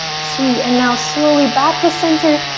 sweet, and now slowly back to center.